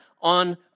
on